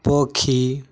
ପକ୍ଷୀ